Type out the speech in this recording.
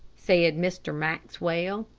said mr. maxwell.